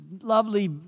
lovely